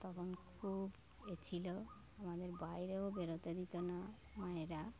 তখন খুব এ ছিল আমাদের বাইরেও বেরোতে দিত না মায়েরা